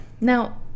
Now